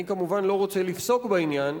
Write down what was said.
אני כמובן לא רוצה לפסוק בעניין,